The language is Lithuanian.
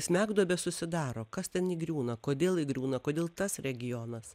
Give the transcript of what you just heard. smegduobė susidaro kas ten įgriūna kodėl įgriūna kodėl tas regionas